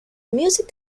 music